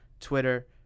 Twitter